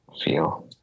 feel